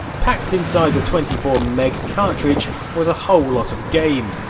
packed inside a twenty four meg cartidge was a whole lot of game.